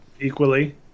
equally